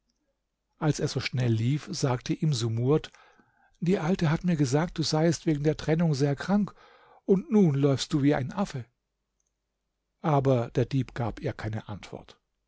als er so schnell lief sagte ihm sumurd die alte hat mir gesagt du seiest wegen der trennung sehr krank und nun läufst du wie ein affe aber der dieb gab ihr keine antwort